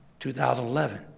2011